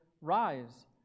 Rise